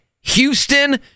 Houston